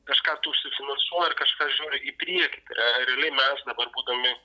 kažką tu užsifinansuoji ir kažką žiūri į priekį tai yra realiai mes dabar būdami